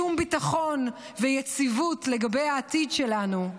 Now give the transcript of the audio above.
שום ביטחון ויציבות לגבי העתיד שלנו.